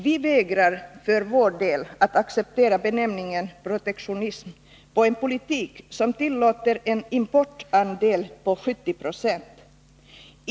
Vi vägrar för vår del att acceptera benämningen protektionism på en politik som tillåter en importandel på 70 260.